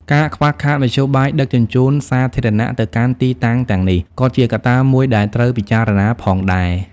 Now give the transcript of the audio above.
ការខ្វះខាតមធ្យោបាយដឹកជញ្ជូនសាធារណៈទៅកាន់ទីតាំងទាំងនេះក៏ជាកត្តាមួយដែលត្រូវពិចារណាផងដែរ។